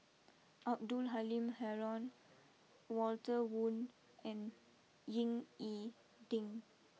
Abdul Halim Haron Walter Woon and Ying E Ding